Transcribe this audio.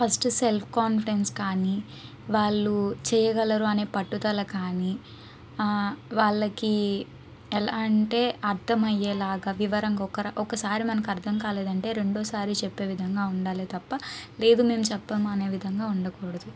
first self confidence కానీ వాళ్ళు చేయగలరు అని పట్టుదల కానీ ఆ వాళ్లకి ఎలా అంటే అర్థమయ్యేలాగా వివరంగా ఒకరు ఒకసారి మనకు అర్థం కాలేదంటే రెండోసారి చెప్పే విధంగా ఉండాలి తప్ప లేదు మేము చెప్పము అనే విధంగా ఉండకూడదు